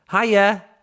hiya